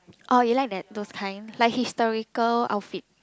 oh you like that those kind like historical outfit